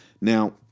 now